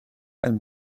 and